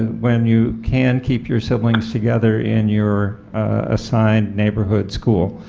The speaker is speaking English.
when you can keep your siblings together in your assigned neighborhood school?